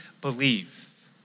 believe